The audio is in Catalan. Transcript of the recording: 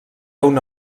una